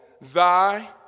thy